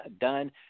done